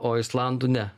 o islandų ne